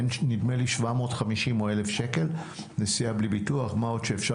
נדמה לי 750 או אלף שקל נסיעה בלי ,ביטוח מה עוד שאפשר